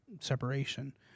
separation